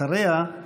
אחריה,